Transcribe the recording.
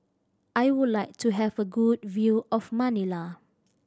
I would like to have a good view of Manila